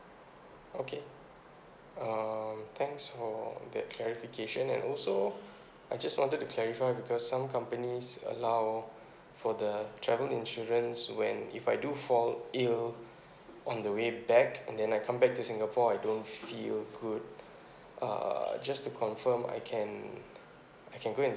okay um thanks for that clarification and also I just wanted to clarify because some companies allow for the travel insurance when if I do fall ill on the way back and then I come back to singapore I don't feel good uh just to confirm I can I can go and